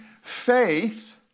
faith